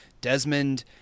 Desmond